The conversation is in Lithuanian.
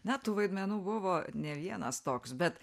na tų vaidmenų buvo ne vienas toks bet